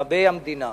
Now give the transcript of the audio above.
רבי המדינה,